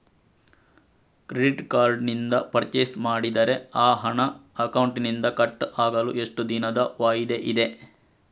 Credit card ನಿಂದ purchase ಮಾಡಿದರೆ ಆ ಹಣ ಅಕೌಂಟಿನಿಂದ ಕಟ್ ಆಗಲು ಎಷ್ಟು ದಿನದ ವಾಯಿದೆ ಇದೆ?